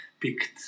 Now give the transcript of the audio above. picked